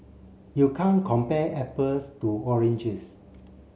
you can't compare apples to oranges